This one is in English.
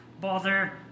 bother